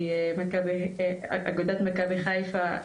אגודת מכבי חיפה,